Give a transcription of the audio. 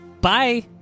Bye